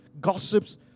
gossips